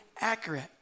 accurate